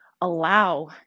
allow